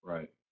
Right